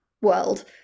world